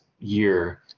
year